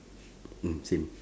mm same